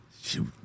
Shoot